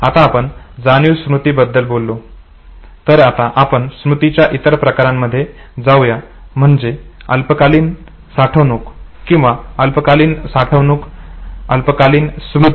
आता आपण जाणीव स्मृती बद्दल बोललो तर आता आपण स्मृतीच्या इतर प्रकारांकडे जाऊया म्हणजे अल्पकालीन साठवणुक किंवा अल्पकालीन साठवणुक अल्पकालीन स्मृती